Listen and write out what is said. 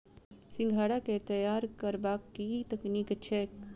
सिंघाड़ा केँ तैयार करबाक की तकनीक छैक?